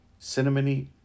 cinnamony